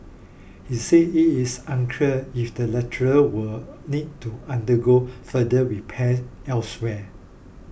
he said it is unclear if the latter will need to undergo further repairs elsewhere